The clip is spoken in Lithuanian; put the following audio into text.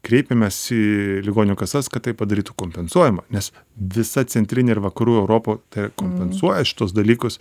kreipėmės į ligonių kasas kad tai padarytų kompensuojama nes visa centrinė ir vakarų europa tai kompensuoja šituos dalykus